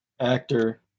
actor